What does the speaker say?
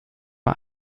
man